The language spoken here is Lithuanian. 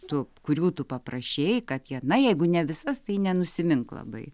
tu kurių tu paprašei kad jie na jeigu ne visas tai nenusimink labai